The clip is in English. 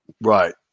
Right